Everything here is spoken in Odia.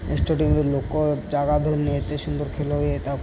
ଷ୍ଟାଡ଼ିୟମ୍ରେ ଲୋକ ଜାଗା ଧରୁନି ଏତେ ସୁନ୍ଦର ଖେଳ ହୁଏ ତା'ପରେ